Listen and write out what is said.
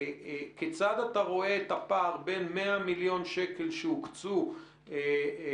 כיצד אתה רואה את הפער בין 100 מיליון שקלים שהוקצו למיגון